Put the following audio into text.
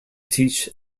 teach